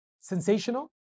sensational